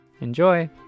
Enjoy